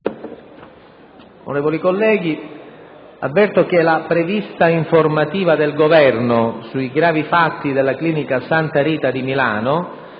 Onorevoli colleghi, avverto che la prevista informativa del Governo sui gravi fatti della clinica "Santa Rita" di Milano